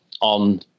on